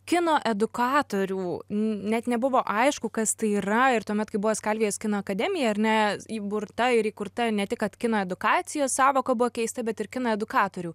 kino edukatorių net nebuvo aišku kas tai yra ir tuomet kai buvo skalvijos kino akademija ar ne įburta ir įkurta ne tik kad kino edukacijos sąvoka buvo keista bet ir kino edukatorių